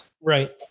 Right